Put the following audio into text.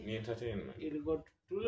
Entertainment